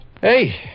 Hey